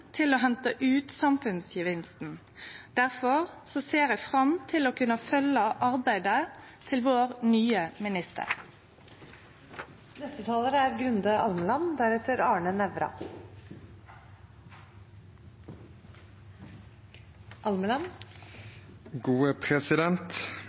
til å hente ut samfunnsgevinsten. Difor ser eg fram til å kunne følgje arbeidet til vår nye minister.